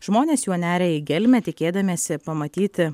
žmonės juo neria į gelmę tikėdamiesi pamatyti